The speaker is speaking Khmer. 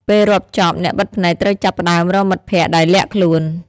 ពេលរាប់ចប់ អ្នកបិទភ្នែកត្រូវចាប់ផ្តើមរកមិត្តភក្តិដែលលាក់ខ្លួន ។